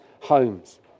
homes